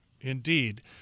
Indeed